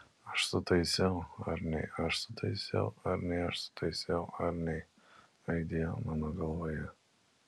aš sutaisiau ar nei aš sutaisiau ar nei aš sutaisiau ar nei aidėjo mano galvoje